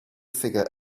figure